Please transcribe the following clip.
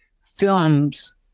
films